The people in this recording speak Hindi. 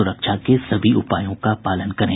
सुरक्षा के सभी उपायों का पालन करें